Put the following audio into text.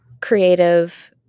creative